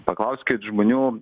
paklauskit žmonių